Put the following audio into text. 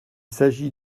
s’agit